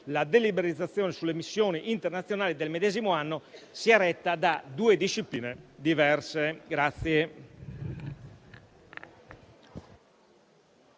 la deliberazione sulle missioni internazionali del medesimo anno sia retta da due discipline diverse.